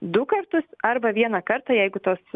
du kartus arba vieną kartą jeigu tos